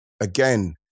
Again